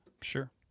sure